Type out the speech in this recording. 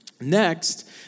Next